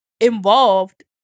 involved